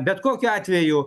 bet kokiu atveju